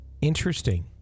Interesting